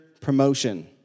promotion